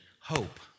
hope